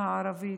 בחברה הערבית.